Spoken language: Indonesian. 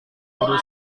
guru